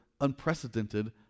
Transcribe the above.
unprecedented